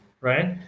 right